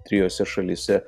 trijose šalyse